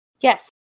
Yes